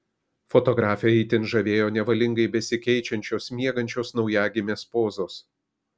fotografę itin žavėjo nevalingai besikeičiančios miegančios naujagimės pozos